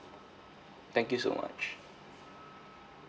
thank you so much